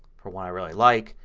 for one i really like.